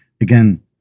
again